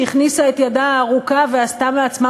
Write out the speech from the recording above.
שהכניסה את ידה הארוכה ועשתה מעצמה